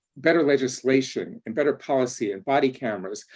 better legislation and better policy and body cameras.